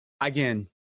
again